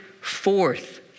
forth